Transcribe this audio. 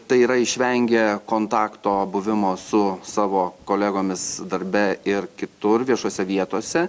tai yra išvengė kontakto buvimo su savo kolegomis darbe ir kitur viešose vietose